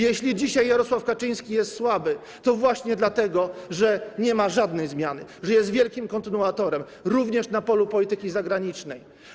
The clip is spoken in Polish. Jeśli dzisiaj Jarosław Kaczyński jest słaby, to właśnie dlatego, że nie ma żadnej zmiany, że jest wielkim kontynuatorem, również na polu polityki zagranicznej.